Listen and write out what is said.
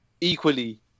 equally